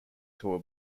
tour